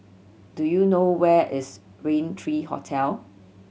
do you know where is Rain Three Hotel